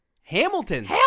hamilton